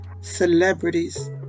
celebrities